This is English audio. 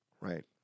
right